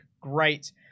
Great